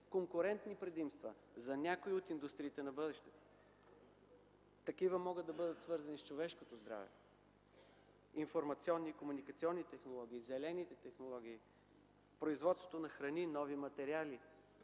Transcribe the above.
конкурентни предимства за някои от индустриите на бъдещето. Такива могат да бъдат свързани с човешкото здраве, информационните и комуникационни технологии, зелените технологии, производството на храни, нови материали,